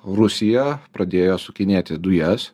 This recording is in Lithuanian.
rusija pradėjo sukinėti dujas